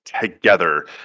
together